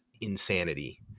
insanity